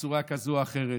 בצורה כזאת או אחרת?